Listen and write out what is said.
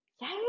Yes